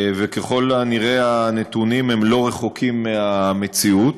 וככל הנראה הנתונים לא רחוקים מהמציאות.